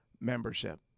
Membership